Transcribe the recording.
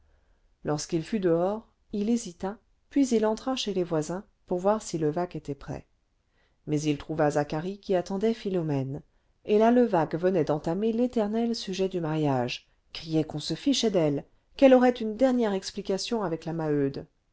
lorsqu'il fut dehors il hésita puis il entra chez les voisins pour voir si levaque était prêt mais il trouva zacharie qui attendait philomène et la levaque venait d'entamer l'éternel sujet du mariage criait qu'on se fichait d'elle qu'elle aurait une dernière explication avec la